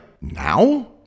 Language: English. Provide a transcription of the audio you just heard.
now